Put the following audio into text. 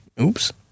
Oops